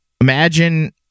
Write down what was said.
Imagine